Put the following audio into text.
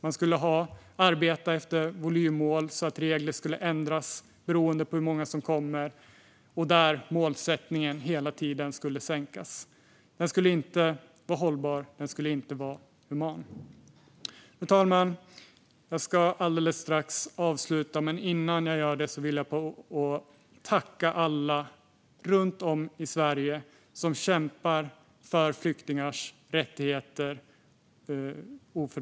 Man skulle arbeta efter volymmål så att regler skulle ändras beroende på hur många som kommer och där målsättningen hela tiden skulle sänkas. Den skulle inte vara hållbar. Den skulle inte vara human. Fru talman! Jag ska alldeles strax avsluta, men innan jag gör det vill jag tacka alla runt om i Sverige som oförtröttligt kämpar för flyktingars rättigheter.